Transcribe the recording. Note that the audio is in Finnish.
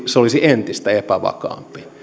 se olisi entistä epävakaampi